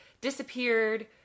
disappeared